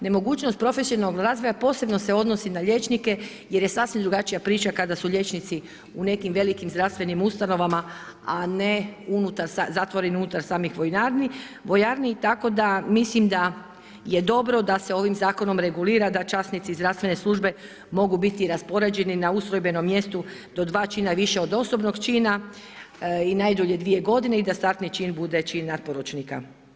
Nemogućnost profesionalnog razvoja posebno se odnosi na liječnike jer je sasvim drugačija priča kada su liječnici u nekim velikim zdravstvenim ustanovama, a ne zatvoreni unutar samih vojarni, tako da mislim da je dobro da se ovim zakonom regulira da časnici i zdravstvene službe mogu biti raspoređeni na ustrojbenom mjestu do 2 čina više od osobnog čina i najdublje dvije godine i da startni čin bude čin natporučnika.